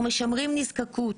אנחנו משמרים נזקקות,